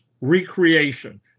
recreation